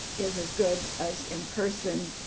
is as good as in-person.